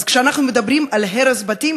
אז כשאנחנו מדברים על הרס בתים,